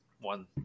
one